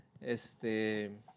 este